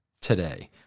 today